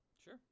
Sure